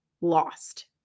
lost